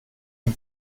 dem